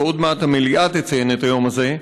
ועוד מעט המליאה תציין את היום הזה.